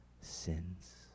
sins